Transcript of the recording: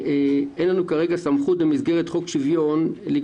אין לנו כרגע סמכות במסגרת חוק שוויון זכויות